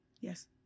Yes